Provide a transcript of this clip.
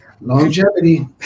Longevity